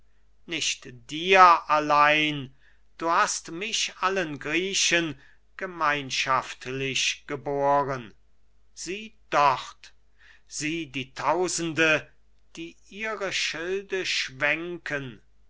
nicht dir allein du hast mich allen griechen gemeinschaftlich geboren sieh dort sieh die tausende die ihre schilde schwenken